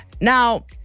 Now